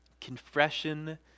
Confession